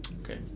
Okay